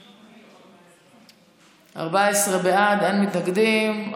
14 בעד, אין מתנגדים.